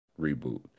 Reboot